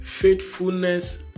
Faithfulness